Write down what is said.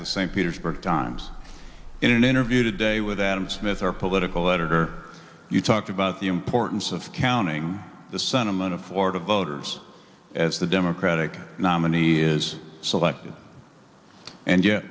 the st petersburg times in an interview today with adam smith our political editor you talked about the importance of counting the sentiment of florida voters as the democratic nominee is selected and yet